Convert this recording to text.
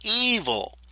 evil